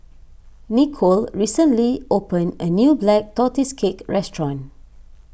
Nikole recently opened a new Black Tortoise Cake Restaurant